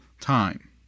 time